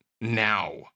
now